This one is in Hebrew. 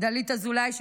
דלית אזולאי,